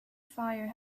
fire